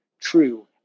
true